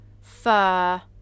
fur